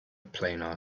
planar